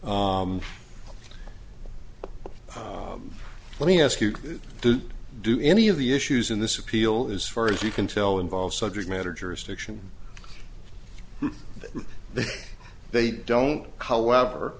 problem let me ask you do any of the issues in this appeal as far as you can tell involve subject matter jurisdiction they don't however